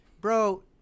bro